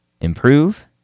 improve